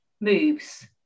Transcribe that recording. moves